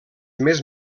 més